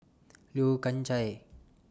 Yeo Kian Chye